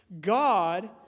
God